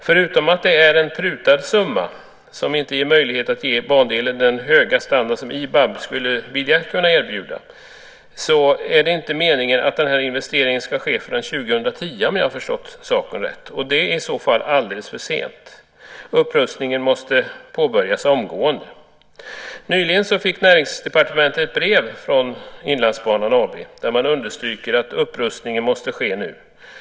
Förutom att det är en prutad summa, som inte ger möjlighet att åstadkomma den höga standard på bandelen som IBAB skulle vilja erbjuda, är det om jag förstått saken rätt inte meningen att den här investeringen ska ske förrän 2010, och det är i så fall alldeles för sent. Upprustningen måste påbörjas omgående. Nyligen fick Näringsdepartementet ett brev från Inlandsbanan AB, där man understryker att upprustningen måste ske nu.